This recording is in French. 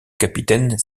capitaine